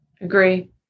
Agree